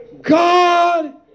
God